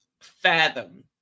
fathom